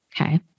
Okay